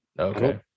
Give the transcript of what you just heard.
Okay